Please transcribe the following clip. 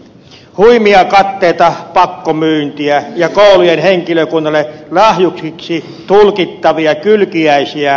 huimia katteita pakkomyyntiä ja koulujen henkilökunnalle lahjuksiksi tulkittavia kylkiäisiä